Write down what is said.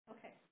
Okay